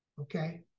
okay